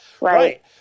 Right